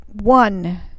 one